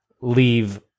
leave